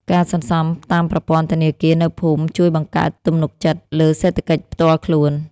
ការសន្សុំតាមប្រព័ន្ធធនាគារនៅភូមិជួយបង្កើតទំនុកចិត្តលើសេដ្ឋកិច្ចផ្ទាល់ខ្លួន។